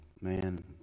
man